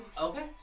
Okay